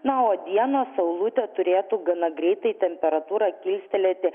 na o dieną saulutė turėtų gana greitai temperatūrą kilstelėti